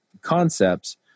concepts